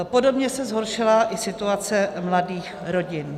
Podobně se zhoršila i situace mladých rodin.